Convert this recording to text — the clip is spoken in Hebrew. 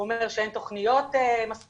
הוא אומר שאין תוכניות מספיקות,